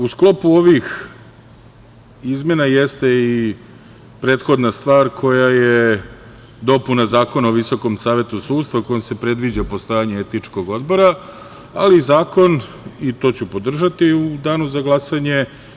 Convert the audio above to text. U sklopu ovih izmena jeste i prethodna stvar koja je dopuna Zakona o VSS, a kojom se predviđa postojanje etičkog odbora, i to ću podržati u danu za glasanje.